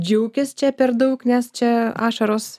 džiaukis čia per daug nes čia ašaros